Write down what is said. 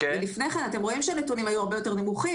ולפני כן אתם רואים שהנתונים היו הרבה יותר נמוכים.